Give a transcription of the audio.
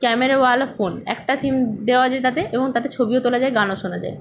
ক্যামেরাওয়ালা phone একটা SIM দেওয়া আছে তাতে এবং তাতে ছবিও তোলা যায় গানও শোনা যায়